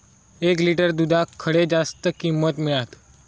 एक लिटर दूधाक खडे जास्त किंमत मिळात?